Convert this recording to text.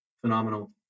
phenomenal